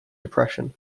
depression